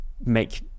make